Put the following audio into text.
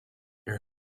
your